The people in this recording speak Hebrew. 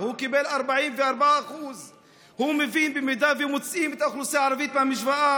הוא קיבל 44%. הוא מבין שבמידה שמוציאים את האוכלוסייה הערבית מהמשוואה,